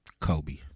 Kobe